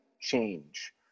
change